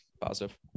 positive